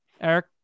Eric